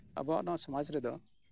ᱟᱵᱚᱣᱟᱜ ᱱᱚᱣᱟ ᱥᱚᱢᱟᱡᱽ ᱨᱮᱫᱚ